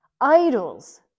idols